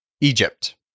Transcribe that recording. Egypt